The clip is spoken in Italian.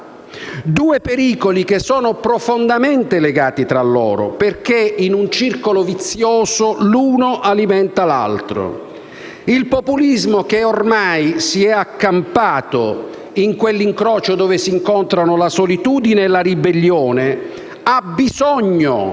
e l'instabilità, profondamente legati tra loro perché, in un circolo vizioso, l'uno alimenta l'altro. Il populismo, che ormai si è accampato in quell'incrocio dove si incontrano la solitudine e la ribellione, ha bisogno